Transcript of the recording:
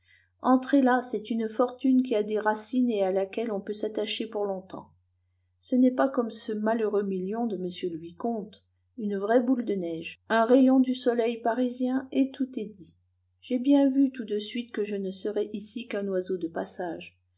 entrez là c'est une fortune qui a des racines et à laquelle on peut s'attacher pour longtemps ce n'est pas comme ce malheureux million de m le vicomte une vraie boule de neige un rayon du soleil parisien et tout est dit j'ai bien vu tout de suite que je ne serais ici qu'un oiseau de passage